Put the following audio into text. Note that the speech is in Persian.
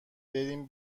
بریم